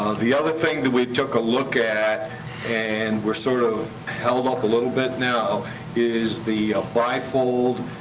the other thing that we took a look at and we're sort of held up a little bit now is the bifold.